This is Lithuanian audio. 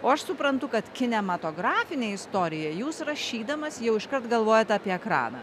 o aš suprantu kad kinematografinę istoriją jūs rašydamas jau iškart galvojat apie ekraną